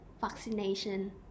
vaccination